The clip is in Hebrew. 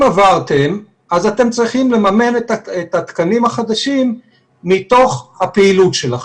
אם עברתם אז אתם צריכים לממן את התקנים החדשים מתוך הפעילות שלכם.